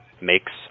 makes